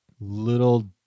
little